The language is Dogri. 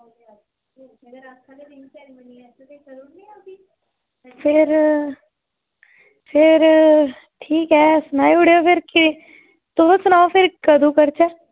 फिर फिर ठीक ऐ सनाई ओड़ेओ फिर केह् तुस सनाओ फिर कदूं करचै